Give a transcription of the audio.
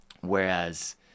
Whereas